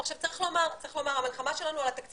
צריך לומר, המלחמה שלנו על התקציב